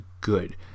good